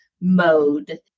mode